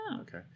Okay